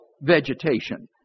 vegetation